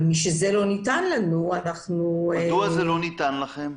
משזה לא ניתן לנו --- מדוע זה לא ניתן לכם?